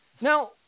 Now